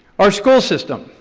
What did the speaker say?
our school system,